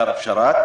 בשארה באשראת,